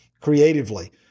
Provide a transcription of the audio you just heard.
creatively